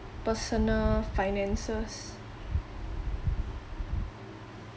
personal finances